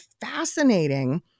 fascinating